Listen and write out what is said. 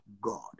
God